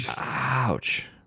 Ouch